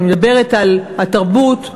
אני מדברת על התרבות,